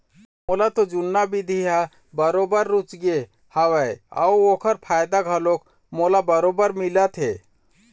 मोला तो जुन्ना बिधि ह बरोबर रुचगे हवय अउ ओखर फायदा घलोक मोला बरोबर मिलत हे